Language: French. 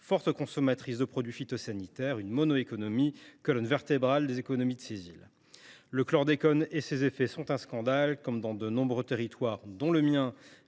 forte consommatrice de produits phytosanitaires, colonne vertébrale de l’économie de ces îles. Le chlordécone et ses effets sont un scandale. Comme dans de nombreux territoires, dont le mien,